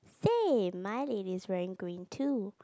same my ladies wearing green too